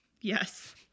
Yes